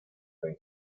seis